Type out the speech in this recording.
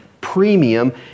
premium